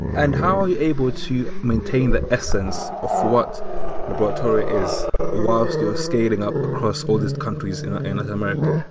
and how are you able to maintain the essence of what laboratoria is whilst you're scaling up across all these countries in ah and latin america?